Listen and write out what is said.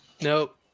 Nope